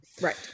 Right